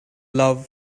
love